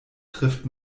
trifft